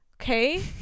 Okay